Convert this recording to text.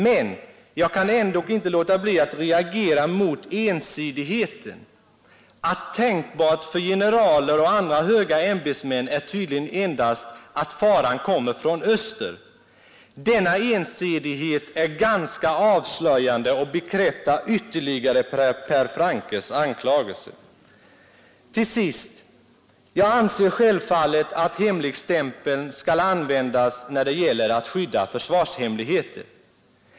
Men jag kan ändock inte låta bli att reagera mot ensidigheten — tänkbart för generaler och andra höga ämbetsmän är tydligen endast att faran kommer från öster. Denna ensidighet är ganska avslöjande och bekräftar ytterligare Per Franckes anklagelse. Till sist. Jag anser självfallet att hemligstämpeln skall användas när det gäller att skydda försvarshemligheter.